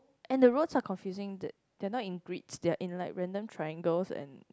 and the roads are confusing they're not in grids they're in like random triangles and